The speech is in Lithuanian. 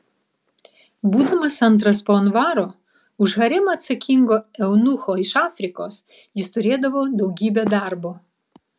būdamas antras po anvaro už haremą atsakingo eunucho iš afrikos jis turėdavo daugybę darbo